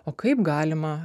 o kaip galima